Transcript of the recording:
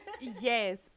Yes